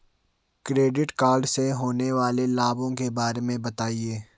Credit card से होने वाले लाभों के बारे में बताएं?